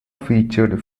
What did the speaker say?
featured